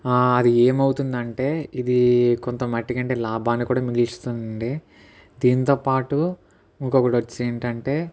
అది ఏమవుతుంది అంటే ఇది కొంత మట్టి కంటే లాభాన్ని కూడా మిగులుస్తుంది అండి దీంతో పాటు ఇంకా ఒకటి వచ్చి ఏంటి అంటే